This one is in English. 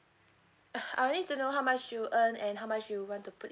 uh I will need to know how much you earn and how much you want to put